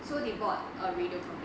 so they bought a radio company